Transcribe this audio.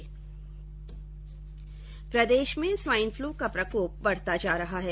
प्रदेश में swine flu का प्रकोप बढ़ता जा रहा है